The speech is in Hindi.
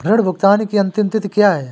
ऋण भुगतान की अंतिम तिथि क्या है?